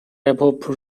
above